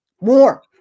more